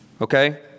Okay